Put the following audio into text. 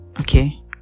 okay